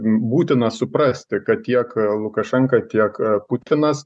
būtina suprasti kad tiek lukašenka tiek putinas